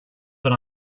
but